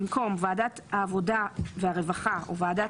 במקום "ועדת ביטוח בריאותהעבודה והרווחה" או "ועדת